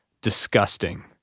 disgusting